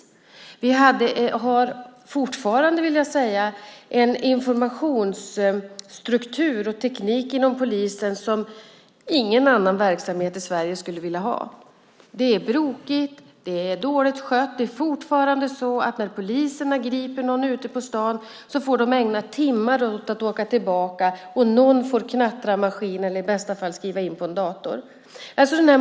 Och vi har fortfarande en informationsstruktur och teknik inom polisen som ingen annan verksamhet i Sverige skulle vilja ha. Det är brokigt och dåligt skött. Det är fortfarande så att när poliserna griper någon ute på stan får de ägna timmar åt att åka tillbaka så att någon får knattra maskin eller i bästa fall skriva in på en dator.